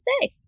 say